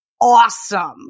awesome